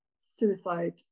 suicide